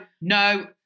no